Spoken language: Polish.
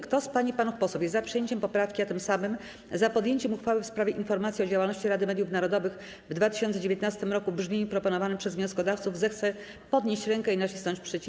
Kto z pań i panów posłów jest za przyjęciem poprawki, a tym samym za podjęciem uchwały w sprawie informacji o działalności Rady Mediów Narodowych w 2019 roku w brzmieniu proponowanym przez wnioskodawców, zechce podnieść rękę i nacisnąć przycisk.